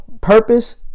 purpose